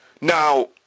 Now